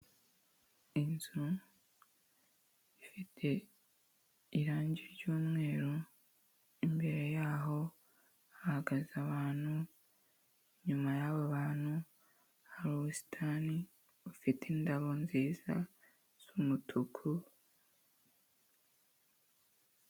Inzu ifite irangi ryumweru, imbere yaho hahagaze abantu, inyuma y'abo bantu hari ubusitani bufite indabo nziza z'umutuku.